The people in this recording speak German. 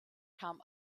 kam